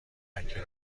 لکه